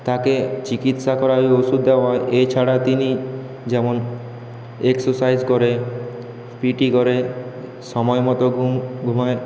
তাকে চিকিৎসা করা হয় ওষুধ দেওয়া হয় এছাড়া তিনি যেমন এক্সেসাইজ করে পিটি করে সময় মতো ঘুম ঘুমায়